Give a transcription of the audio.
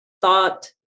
thought